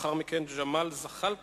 ולאחר מכן, חבר הכנסת ג'מאל זחאלקה.